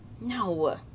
No